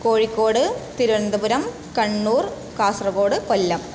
Kozhikode Thiruvananthapuram Kannur Kasaragod Kollam